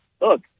look